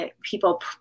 people